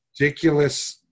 ridiculous –